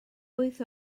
wyth